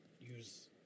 use